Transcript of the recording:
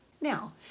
Now